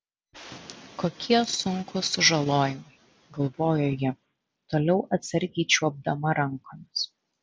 kokie sunkūs sužalojimai galvojo ji toliau atsargiai čiuopdama rankomis